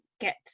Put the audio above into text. get